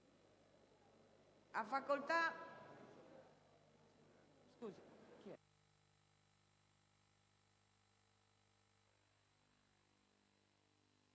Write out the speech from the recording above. Ha facoltà